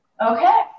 okay